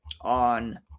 on